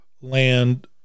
land